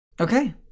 Okay